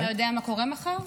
אתה יודע מה קורה מחר?